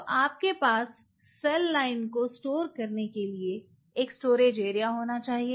तो आपके पास सेल लाइन को स्टोर करने के लिए एक स्टोरेज एरिया होना चाहिए